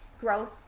growth